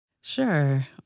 Sure